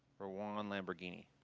rowan lamborghini,